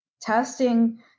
testing